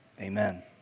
Amen